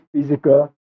physical